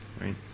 right